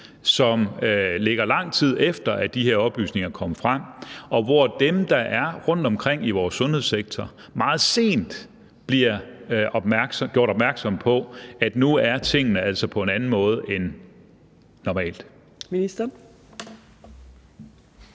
som ligger, lang tid efter at de her oplysninger kom frem, og hvor dem, der er rundtomkring i vores sundhedssektor, meget sent bliver gjort opmærksom på, at nu er tingene altså på en anden måde end normalt.